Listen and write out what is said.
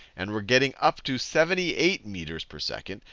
and we're getting up to seventy eight meters per second.